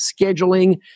scheduling